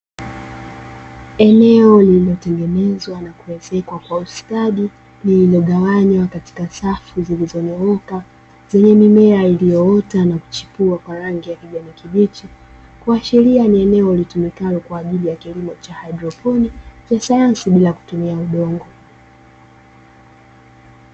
Eneo lililotengenezwa na kuezekwa kwa ustadi lililogawanywa katika safu zilizonyooka, zenye mimea iliyoota na kuchepua kwa rangi ya kijani kibichi. Kuashiria ni eneo litumikalo kwa ajili kilimo cha haidroponi cha sayansi bila kutumia udongo.